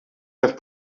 have